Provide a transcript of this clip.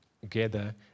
together